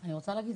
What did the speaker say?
אני רוצה להגיד,